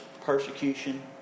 persecution